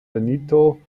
benito